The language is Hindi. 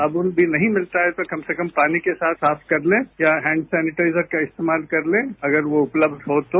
साबुन भी नहीं मिलता है तो कम से कम पानी के साथ साफ कर लें या हैंड सेनिटाइजर का इस्तेमाल कर लें अगर वो उपलब्ध हो तो